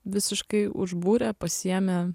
visiškai užbūrė pasiėmė